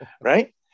right